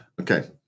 Okay